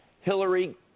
Hillary